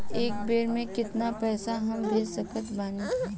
एक बेर मे केतना पैसा हम भेज सकत बानी?